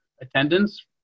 attendance